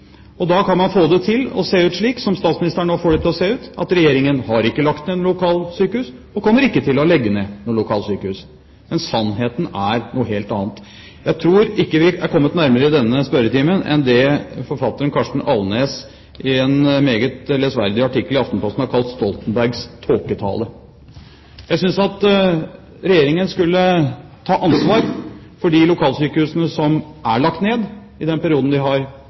Da kan man få det til å se ut slik som statsministeren nå får det til å se ut, nemlig at Regjeringen ikke har lagt ned lokalsykehus og kommer ikke til å legge ned noe lokalsykehus. Men sannheten er noe helt annet. Jeg tror ikke vi er kommet nærmere i denne spørretimen enn det forfatteren Karsten Alnæs i en meget leseverdig artikkel i Aftenposten har kalt «Stoltenbergs tåketale». Jeg synes at Regjeringen skulle ta ansvar for de lokalsykehusene som er lagt ned i den perioden man har